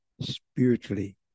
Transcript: spiritually